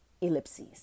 ellipses